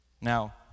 Now